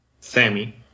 Sammy